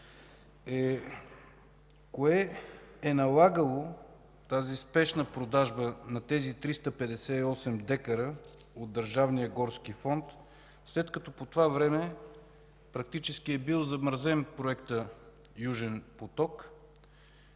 кое е налагало спешната продажба на тези 358 дка от държавния горски фонд, след като по това време практически е бил замразен проектът „Южен поток”?